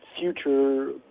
future